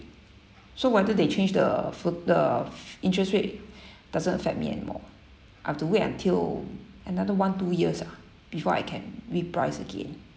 so whether they change the fu~ the f~ interest rate doesn't affect me anymore I have to wait until another one two years ah before I can re-price again